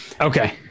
okay